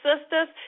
Sisters